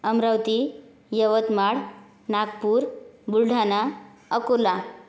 Amravati Yavatmal Nagpur Buldhana Akola